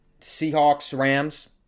Seahawks-Rams